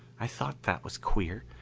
i thought that was queer.